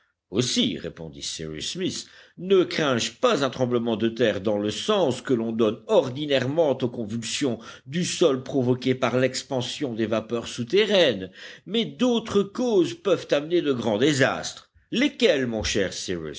aussi répondit cyrus smith ne crains je pas un tremblement de terre dans le sens que l'on donne ordinairement aux convulsions du sol provoquées par l'expansion des vapeurs souterraines mais d'autres causes peuvent amener de grands désastres lesquels mon cher